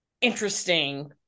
interesting